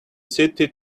city